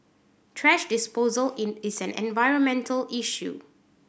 thrash disposal is an environmental issue